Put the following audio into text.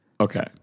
Okay